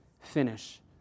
finish